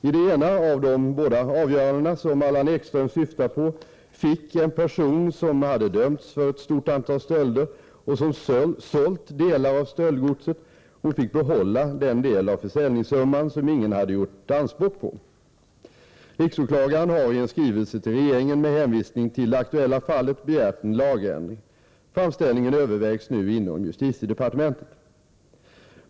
I det ena av de båda avgörandena som Allan Ekström syftar på fick en person som hade dömts för ett stort antal stölder och som sålt delar av stöldgodset behålla den del av försäljningssumman som ingen hade gjort anspråk på. Riksåklagaren har i en skrivelse till regeringen med hänvisning till det aktuella fallet begärt en lagändring. Framställningen övervägs nu inom justitiedepartementet.